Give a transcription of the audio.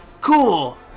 Cool